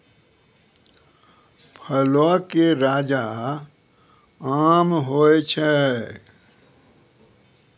फलो के राजा आम होय छै